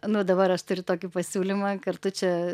nu dabar aš turiu tokį pasiūlymą kartu čia